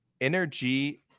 Energy